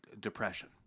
depression